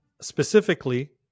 specifically